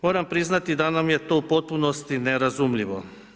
Moram priznati da nam je to u potpunosti nerazumljivo.